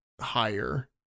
higher